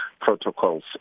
protocols